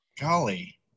Golly